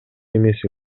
эмес